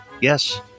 Yes